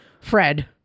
Fred